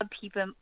people